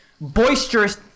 boisterous